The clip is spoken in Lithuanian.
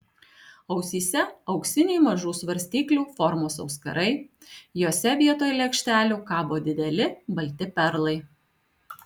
ausyse auksiniai mažų svarstyklių formos auskarai jose vietoj lėkštelių kabo dideli balti perlai